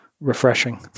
refreshing